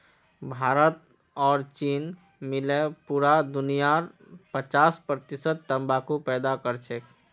भारत और चीन मिले पूरा दुनियार पचास प्रतिशत तंबाकू पैदा करछेक